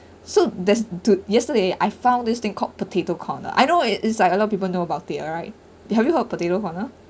so there's till yesterday I found this thing called potato corner I know it is like a lot of people know about it right have you heard of potato corner